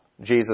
Jesus